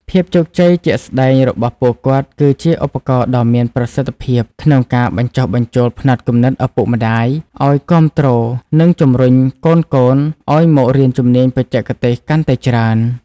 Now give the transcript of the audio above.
ភាពជោគជ័យជាក់ស្ដែងរបស់ពួកគាត់ គឺជាឧបករណ៍ដ៏មានប្រសិទ្ធភាពក្នុងការបញ្ចុះបញ្ចូលផ្នត់គំនិតឪពុកម្ដាយ ឱ្យគាំទ្រ និងជំរុញកូនៗឱ្យមករៀនជំនាញបច្ចេកទេសកាន់តែច្រើន។